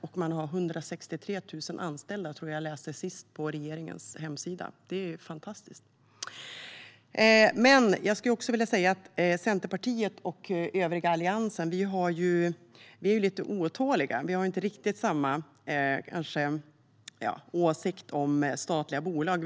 De har 163 000 anställda, läste jag senast på regeringens hemsida. Det är fantastiskt! Men jag vill också säga att vi i Centerpartiet och övriga Alliansen är lite otåliga; vi har inte riktigt samma åsikt om statliga bolag.